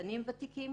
משפטנים ותיקים,